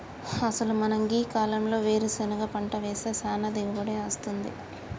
అసలు మనం గీ కాలంలో వేరుసెనగ పంట వేస్తే సానా దిగుబడి అస్తుంది